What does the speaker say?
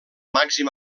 màxim